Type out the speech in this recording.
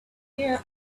here